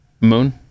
Moon